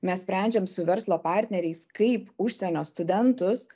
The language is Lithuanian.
mes sprendžiam su verslo partneriais kaip užsienio studentus